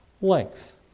length